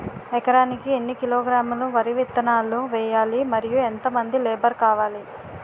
ఎకరానికి ఎన్ని కిలోగ్రాములు వరి విత్తనాలు వేయాలి? మరియు ఎంత మంది లేబర్ కావాలి?